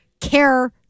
care